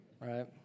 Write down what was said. right